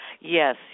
Yes